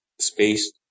space